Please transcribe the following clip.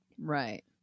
Right